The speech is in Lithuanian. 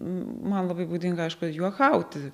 man labai būdinga aišku juokauti